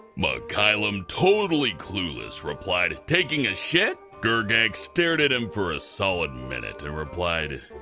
mkylem, totally clueless, replied, taking a shit? grgak stared at him for a solid minute and replied,